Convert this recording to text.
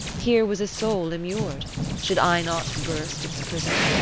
here was a soul immured should i not burst its prison?